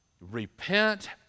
Repent